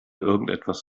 irgendwas